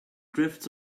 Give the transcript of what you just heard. drifts